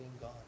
God